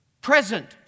present